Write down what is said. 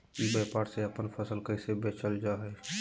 ई व्यापार से अपन फसल कैसे बेचल जा हाय?